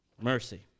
Mercy